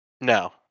No